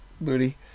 booty